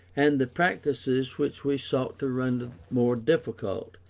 and the practices which we sought to render more difficult,